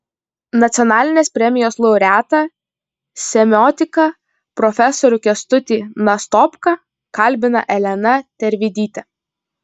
nacionalinės premijos laureatą semiotiką profesorių kęstutį nastopką kalbina elena tervidytė